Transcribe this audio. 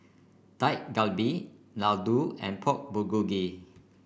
Dak Galbi Ladoo and Pork Bulgogi